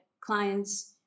clients